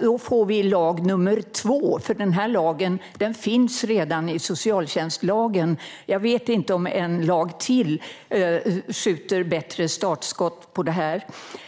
Då får vi lag nummer två, eftersom denna lag redan finns i socialtjänstlagen. Jag vet inte om en lag till innebär ett bättre startskott för detta.